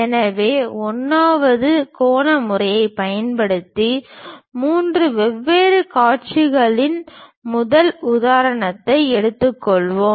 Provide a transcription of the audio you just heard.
எனவே 1 வது கோண முறையைப் பயன்படுத்தி மூன்று வெவ்வேறு காட்சிகளின் முதல் உதாரணத்தை எடுத்துக்கொள்வோம்